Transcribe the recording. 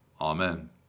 Amen